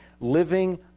Living